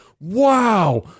Wow